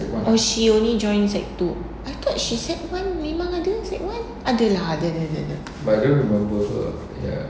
oh she only join sec two I thought she sec one memang ada sec one ada lah ada ada ada ada